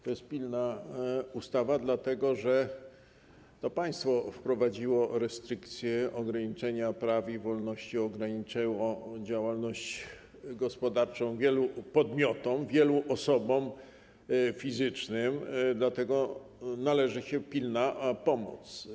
To jest pilna ustawa, dlatego że to państwo wprowadziło restrykcje, ograniczenia praw i wolności, ograniczyło działalność gospodarczą wielu podmiotom, wielu osobom fizycznym, dlatego należy im się pilna pomoc.